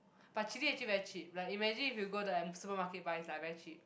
but chili actually very cheap like imagine if you go to M supermarket buy lah it's very cheap